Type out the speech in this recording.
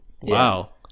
Wow